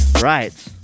right